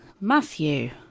Matthew